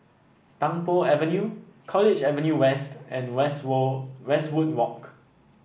Tung Po Avenue College Avenue West and West Wall Westwood Walk